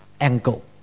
angle